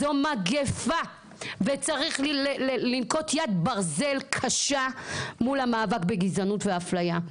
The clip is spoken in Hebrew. זו מגפה וצריך לנקוט יד ברזל קשה מול המאבק בגזענות והפליה.